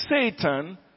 Satan